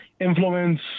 influence